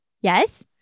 Yes